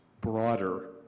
broader